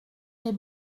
les